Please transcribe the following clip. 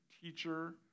teacher